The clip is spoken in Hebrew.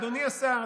אדוני השר,